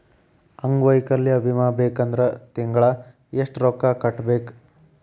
ಅಂಗ್ವೈಕಲ್ಯ ವಿಮೆ ಬರ್ಬೇಕಂದ್ರ ತಿಂಗ್ಳಾ ಯೆಷ್ಟ್ ರೊಕ್ಕಾ ಕಟ್ಟ್ಬೇಕ್?